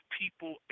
people